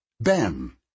Ben